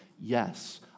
Yes